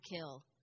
kill